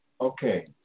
Okay